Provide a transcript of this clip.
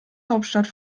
hauptstadt